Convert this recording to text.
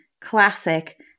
Classic